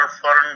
foreign